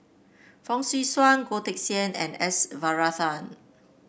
Fong Swee Suan Goh Teck Sian and S Varathan